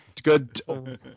Good